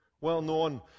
well-known